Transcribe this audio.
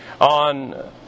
on